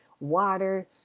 water